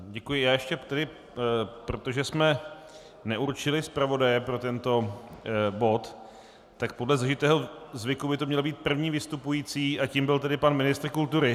Děkuji, já ještě tedy protože jsme neurčili zpravodaje pro tento bod, tak podle zažitého zvyku by to měl být první vystupující a tím byl pan ministr kultury.